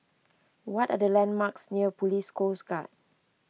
what are the landmarks near Police Coast Guard